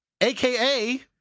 AKA